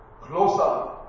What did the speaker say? closer